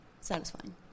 satisfying